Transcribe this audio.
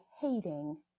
hating